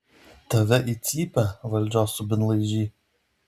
tave į cypę valdžios subinlaižy